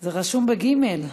זה רשום בגימ"ל.